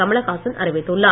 கமலஹாசன் அறிவித்துள்ளார்